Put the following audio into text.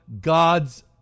God's